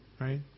right